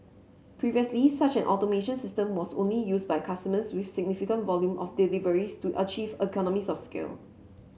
previously such an automation system was only used by customers with significant volume of deliveries to achieve economies of scale